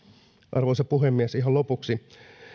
arvoisa puhemies ihan lopuksi